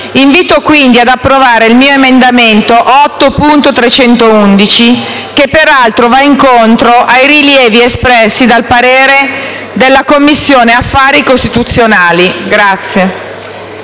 Invito, quindi, ad approvare l'emendamento 8.311, che, peraltro, va incontro ai rilievi espressi nel parere della Commissione affari costituzionali.